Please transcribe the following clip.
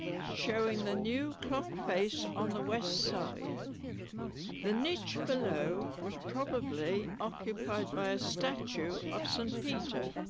showing the new clock face on the west side the niche below was probably occupied by a statue of st peter.